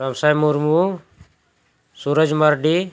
Ramsai Murmu Suraj Mardi